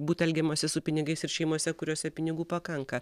būt elgiamasi su pinigais ir šeimose kuriose pinigų pakanka